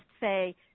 say